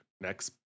next